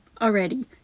Already